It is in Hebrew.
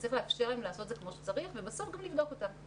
וצריך לאפשר להם לעשות את זה כמו שצריך ובסוף גם לבדוק אותם.